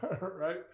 Right